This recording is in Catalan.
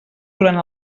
durant